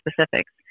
specifics